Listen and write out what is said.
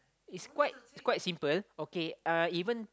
is quite quite simple okay uh even